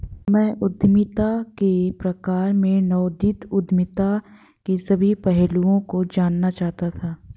मैं उद्यमिता के प्रकार में नवोदित उद्यमिता के सभी पहलुओं को जानना चाहता था